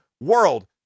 world